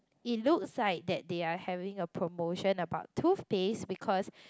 it looks like that they are having a promotion about toothpaste because